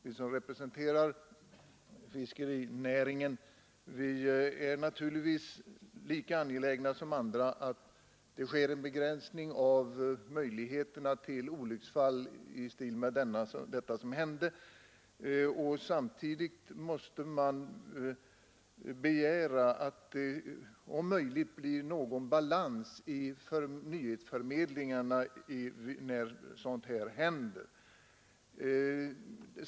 Vi som representerar fiskerinäringen är naturligtvis lika angelägna som andra att det sker en begränsning av möjligheterna till olyckor i stil med vad som hände i Göteborg. Samtidigt måste man begära att det blir någon balans i nyhetsförmedlingen när sådant här händer.